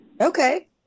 Okay